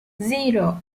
zero